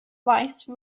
vice